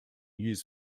used